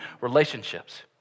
relationships